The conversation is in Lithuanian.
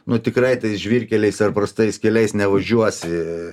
nu tikrai tais žvyrkeliais ar prastais keliais nevažiuosi